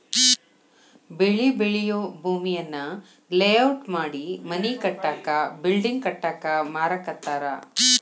ಬೆಳಿ ಬೆಳಿಯೂ ಭೂಮಿಯನ್ನ ಲೇಔಟ್ ಮಾಡಿ ಮನಿ ಕಟ್ಟಾಕ ಬಿಲ್ಡಿಂಗ್ ಕಟ್ಟಾಕ ಮಾರಾಕತ್ತಾರ